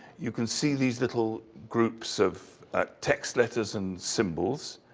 you can see these little groups of ah text, letters and symbols,